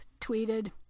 tweeted